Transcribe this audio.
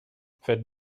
faites